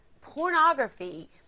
pornography